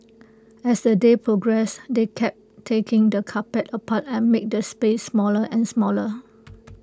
as the day progressed they kept taking the carpet apart and making the space smaller and smaller